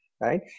Right